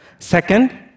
Second